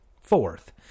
Fourth